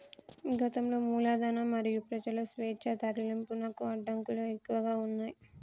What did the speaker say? గతంలో మూలధనం మరియు ప్రజల స్వేచ్ఛా తరలింపునకు అడ్డంకులు ఎక్కువగా ఉన్నయ్